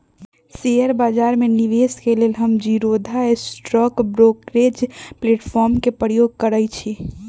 share बजार में निवेश के लेल हम जीरोधा स्टॉक ब्रोकरेज प्लेटफार्म के प्रयोग करइछि